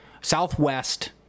southwest